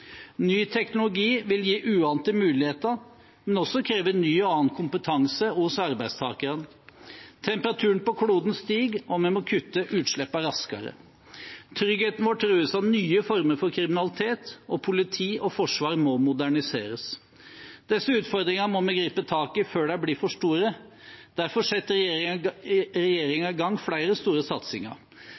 Ny teknologi vil gi uante muligheter, men også kreve ny og annen kompetanse hos arbeidstakerne. Temperaturen på kloden stiger, og vi må kutte utslippene raskere. Tryggheten vår trues av nye former for kriminalitet, og politi og forsvar må moderniseres. Disse utfordringene må vi gripe tak i før de blir for store. Derfor setter regjeringen i gang flere store satsinger.